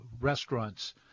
restaurants